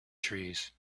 trees